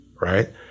Right